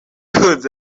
umukunzi